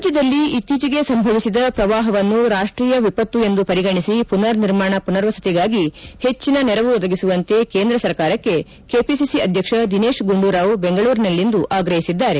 ರಾಜ್ಯದಲ್ಲಿ ಇತ್ತೀಚೆಗೆ ಸಂಭವಿಸಿದ ಪ್ರವಾಹವನ್ನು ರಾಷ್ಟೀಯ ವಿಪತ್ತು ಎಂದು ಪರಿಗಣಿಸಿ ಪುನರ್ ನಿರ್ಮಾಣ ಪುನರ್ವಸತಿಗಾಗಿ ಹೆಚ್ಚಿನ ನೆರವು ಒದಗಿಸುವಂತೆ ಕೇಂದ್ರ ಸರ್ಕಾರಕ್ಕೆ ಕೆಪಿಸಿಸಿ ಅಧ್ಯಕ್ಷ ದಿನೇತ್ ಗುಂಡೂರಾವ್ ಬೆಂಗಳೂರಿನಲ್ಲಿಂದು ಆಗ್ರಹಿಸಿದ್ದಾರೆ